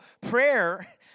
Prayer